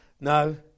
No